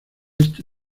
este